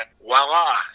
voila